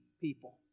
people